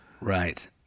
Right